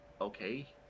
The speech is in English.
okay